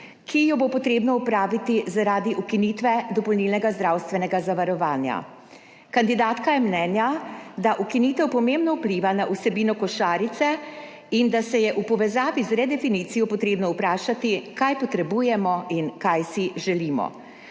ki jo bo potrebno opraviti, zaradi ukinitve dopolnilnega zdravstvenega zavarovanja. Kandidatka je mnenja, da ukinitev pomembno vpliva na vsebino košarice in da se je v povezavi z redefinicijo potrebno vprašati kaj potrebujemo in kaj si želimo.